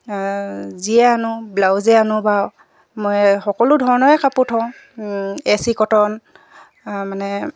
যিয়ে আনো ব্লাউজেই আনো বা মই সকলো ধৰণৰে কাপোৰ থওঁ এ চি কটন মানে